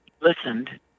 listened